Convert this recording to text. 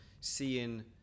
seeing